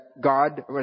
God